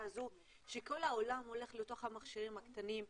הזאת שכל העולם הולך לתוך המכשירים הקטנים,